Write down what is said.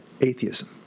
atheism